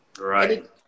right